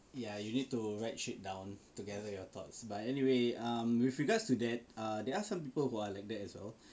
ya you need to write sheet down together your thoughts but anyway um with regards to that uh there are some people who are like that as well